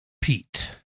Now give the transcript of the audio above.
Pete